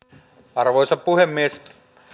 arvoisa puhemies